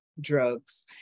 drugs